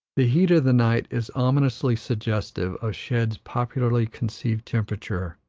the heat of the night is ominously suggestive of shed's popularly conceived temperature,